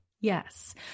Yes